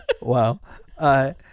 Wow